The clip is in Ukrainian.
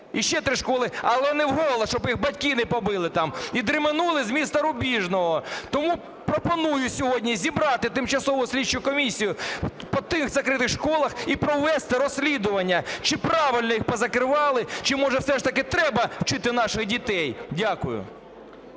ще три школи, але не вголос, щоб їх батьки не побили там, і дременули з міста Рубіжного. Тому пропоную сьогодні зібрати тимчасову слідчу комісію по тих закритих школах і провести розслідування, чи правильно їх позакривали, чи може все ж таки треба вчити наших дітей. Дякую.